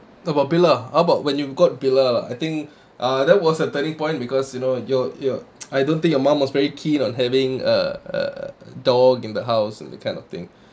how about bella how about when you got bella I think uh that was a turning point because you know your your I don't think your mum was very keen on having uh uh a dog in the house that kind of thing